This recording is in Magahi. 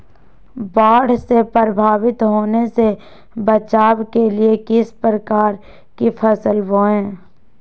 बाढ़ से प्रभावित होने से बचाव के लिए किस प्रकार की फसल बोए?